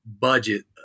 budget